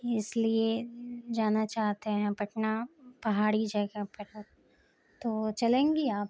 اس لیے جانا چاہتے ہیں پٹنہ پہاڑی جگہ پر تو چلیں گی آپ